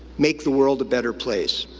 make the world a better place.